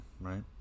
right